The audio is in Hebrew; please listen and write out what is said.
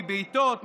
מבעיטות,